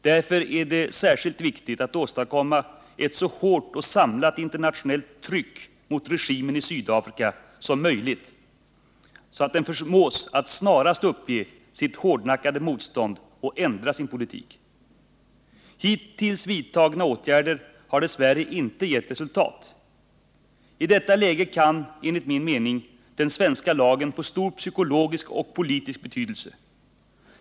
Därför är det särskilt viktigt att åstadkomma ett så hårt och samlat internationellt tryck som möjligt mot regimen i Sydafrika, så att denna kan förmås att snarast uppge sitt hårdnackade motstånd och ändra sin politik. Hittills vidtagna åtgärder har dess värre inte gett resultat. I det läget kan den svenska lagen få stor psykologisk och politisk betydelse.